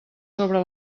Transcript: sobre